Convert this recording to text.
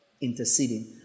interceding